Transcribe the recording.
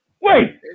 Wait